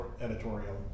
editorial